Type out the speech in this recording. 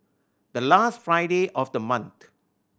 the last Friday of the month